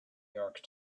york